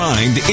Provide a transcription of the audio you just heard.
Mind